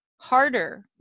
harder